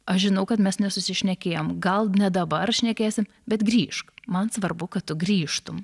aš žinau kad mes nesusišnekėjom gal ne dabar šnekėsim bet grįžk man svarbu kad tu grįžtum